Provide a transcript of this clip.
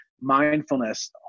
mindfulness